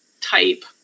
type